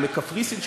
או לקפריסין,